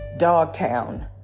Dogtown